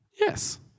yes